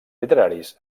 literaris